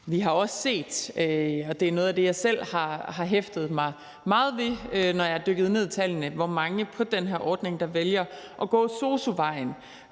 Vi har også set, og det er noget af det, jeg selv har hæftet mig meget ved, når jeg er dykket ned i tallene, nemlig hvor mange på den her ordning der vælger at gå sosu-vejen.